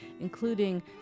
including